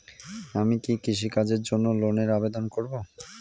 আমি কি কৃষিকাজের জন্য লোনের আবেদন করব?